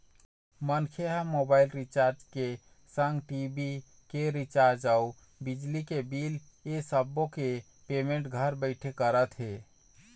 मनखे ह mobile recharge के संग टी.भी के रिचार्ज अउ बिजली के बिल ऐ सब्बो के पेमेंट घर बइठे करत हे